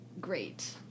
great